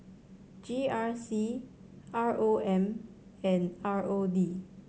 G R C R O M and R O D